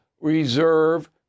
reserve